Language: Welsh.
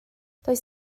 does